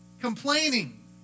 Complaining